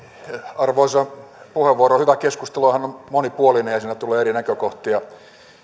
arvoisa puhemies hyvä keskusteluhan on monipuolinen ja siinä tulee eri näkökohtia